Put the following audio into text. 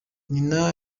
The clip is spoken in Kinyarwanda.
nyina